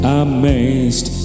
amazed